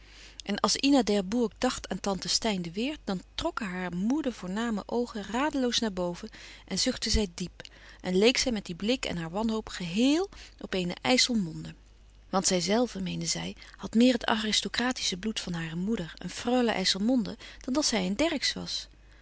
en als ina d'herbourg dacht aan tante steyn de weert dan trokken hare moede voorname oogen radeloos naar boven en zuchtte zij diep en leek zij met dien blik en haar wanhoop gehéel op eene ijsselmonde want zijzelve meende zij had meer het aristocratische bloed van hare moeder een freule ijsselmonde dan dat zij een dercksz was